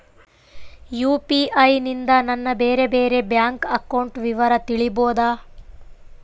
UPI ನಿಂದ ನನ್ನ ಬೇರೆ ಬೇರೆ ಬ್ಯಾಂಕ್ ಅಕೌಂಟ್ ವಿವರ ತಿಳೇಬೋದ?